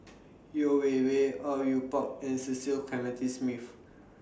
Yeo Wei Wei Au Yue Pak and Cecil Clementi Smith